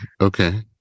okay